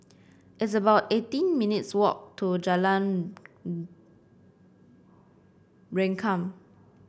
it's about eighteen minutes' walk to Jalan Rengkam